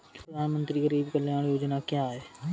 प्रधानमंत्री गरीब कल्याण योजना क्या है?